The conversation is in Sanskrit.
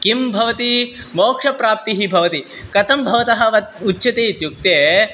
किं भवति मोक्षप्राप्तिः भवति कथं भवतः वा उच्यते इत्युक्ते